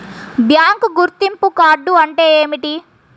Bank గుర్తింపు card అంటే ఏమిటి?